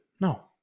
No